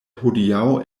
hodiaŭ